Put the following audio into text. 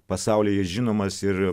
pasaulyje žinomas ir